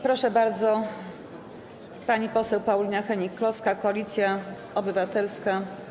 Proszę bardzo, pani poseł Paulina Hennig-Kloska, Koalicja Obywatelska.